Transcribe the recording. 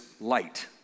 light